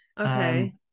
Okay